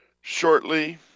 shortly